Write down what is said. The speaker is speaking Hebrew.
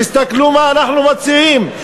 תסתכלו מה אנחנו מציעים,